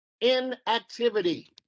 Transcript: inactivity